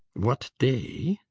what day?